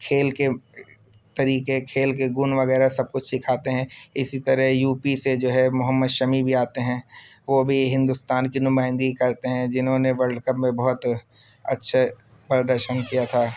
کھیل کے طریقے کھیل کے گن وغیرہ سب کچھ سکھاتے ہیں اسی طرح یوپی سے جو ہے محمد شمیع بھی آتے ہیں وہ بھی ہندوستان کی نمائندگی کرتے ہیں جنہوں نے ورلڈ کپ میں بہت اچّّھے پردرشن کیا تھا